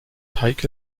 heike